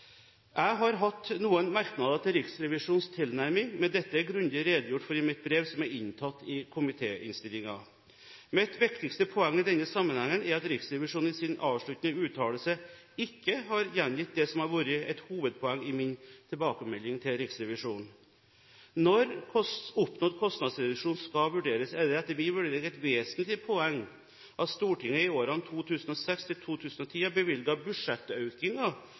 Jeg har hatt noen merknader til Riksrevisjonens tilnærming, men dette er det grundig redegjort for i mitt brev som er inntatt i komitéinnstillingen. Mitt viktigste poeng i denne sammenhengen er at Riksrevisjonen i sin avsluttende uttalelse ikke har gjengitt det som har vært et hovedpoeng i min tilbakemelding til Riksrevisjonen. Når oppnådd kostnadsreduksjon skal vurderes, er det etter min vurdering et vesentlig poeng at Stortinget i årene 2006–2010 har bevilget budsjettøkninger til Mattilsynet på grunn av at etaten har